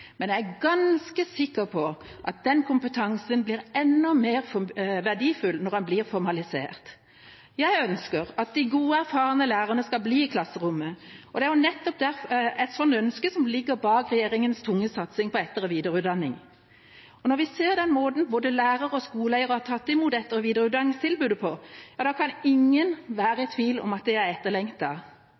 men jeg er ganske sikker på at den kompetansen blir enda mer verdifull når den blir formalisert. Jeg ønsker at de gode, erfarne lærerne skal bli i klasserommet, og det er nettopp et sånt ønske som ligger bak regjeringas tunge satsing på etter- og videreutdanning. Når vi ser den måten både lærere og skoleeiere har tatt imot etter- og videreutdanningstilbudet på, kan ingen være i tvil om at det er